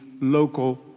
local